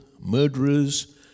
murderers